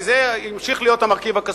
כי זה ימשיך להיות המרכיב הכספי.